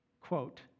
quote